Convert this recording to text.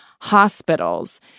hospitals